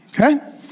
okay